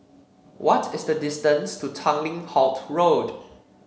what is the distance to Tanglin Halt Road